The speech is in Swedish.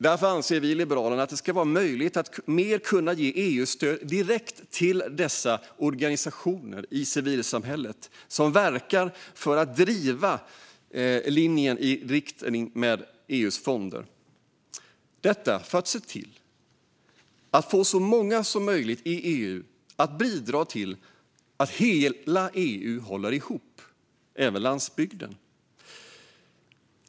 Därför anser vi i Liberalerna att det ska vara möjligt att ge EU-stöd direkt till de organisationer i civilsamhället som verkar för att driva samma linje som EU:s fonder. Detta för att se till att få så många i EU som möjligt att bidra till att hela EU håller ihop - även landsbygden.